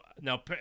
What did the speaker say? now